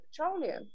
petroleum